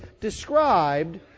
described